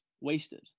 wasted